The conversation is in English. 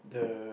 the